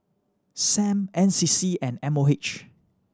Sam N C C and M O H